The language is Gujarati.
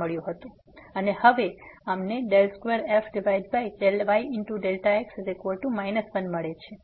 મળી હતી અને હવે અમે 2f∂y∂x 1 મેળવીએ છીએ